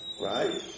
right